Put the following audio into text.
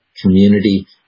community